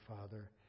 Father